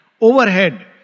overhead